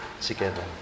together